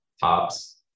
tops